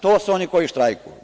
To su oni koji štrajkuju.